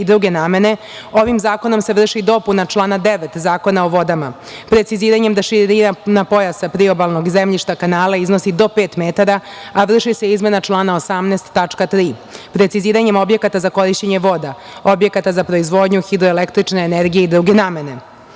i druge namene. Ovim zakonom se vrši dopuna člana 9. Zakona o vodama, preciziranjem da širina pojasa priobalnog zemljišta kanala iznosi do pet metara, a vrši se izmena člana 18. tačka 3. preciziranjem objekata za korišćenje voda, objekata za proizvodnju hidroelektrične energije i druge namene. Kako